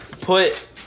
Put